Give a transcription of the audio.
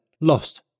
lost